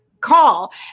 call